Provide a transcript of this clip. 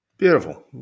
Beautiful